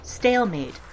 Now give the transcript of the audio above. Stalemate